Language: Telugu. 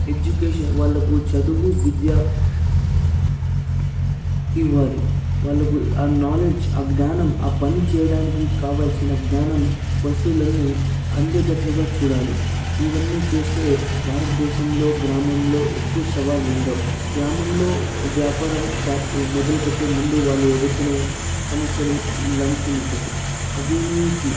ఎడ్యుకేషన్ వాళ్లకు చదువు విద్య ఇవ్వాలి వాళ్లకు ఆ నాలెడ్జ్ ఆ జ్ఞానం ఆ పని చేయడానికి కావలసిన జ్ఞానం వస్తువులన్నీ అందేదట్లుగా చూడాలి ఇవన్నీ చేస్తే భారతదేశంలో గ్రామంలో ఎక్కువ సవాళ్లు ఉండవు గ్రామంలో వ్యాపారం స్టార్ట్ మొదలుపెట్టే ముందు వాళ్ళు ఎదుర్కొనే సమస్యలు లంచం ఒకటి అవినీతి